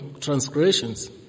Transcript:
transgressions